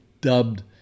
dubbed